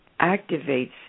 activates